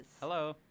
Hello